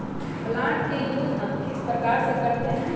Plant का use हम किस प्रकार से करते हैं?